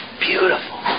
Beautiful